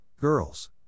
girls